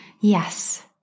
Yes